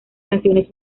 canciones